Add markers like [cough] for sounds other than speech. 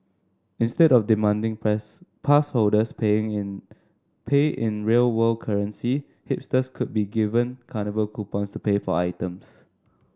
instead of demanding [unintelligible] pass holders paying in pay in real world currency hipsters could be given carnival coupons to pay for items